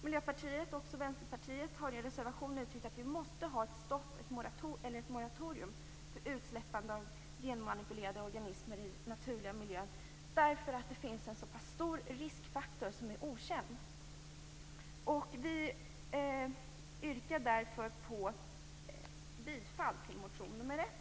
Miljöpartiet och Vänsterpartiet har i en reservation uttryckt att vi måste ha ett stopp eller ett moratorium när det gäller utsläppande av genmanipulerade organismer i den naturliga miljön, därför att det finns en stor okänd riskfaktor. Vi yrkar därför bifall till reservation nr 1.